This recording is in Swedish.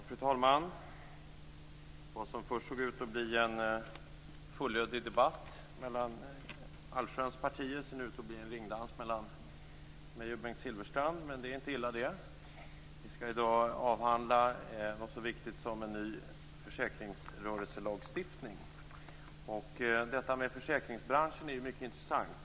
Fru talman! Vad som först såg ut att bli en fullödig debatt mellan allsköns partier ser nu ut att bli en ringdans mellan mig och Bengt Silfverstrand, och det är inte illa. Vi skall i dag avhandla något så viktigt som en ny försäkringsrörelselagstiftning. Försäkringsbranschen är mycket intressant.